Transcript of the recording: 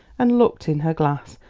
and looked in her glass,